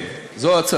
כן, זו הצעתי.